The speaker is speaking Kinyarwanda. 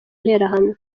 interahamwe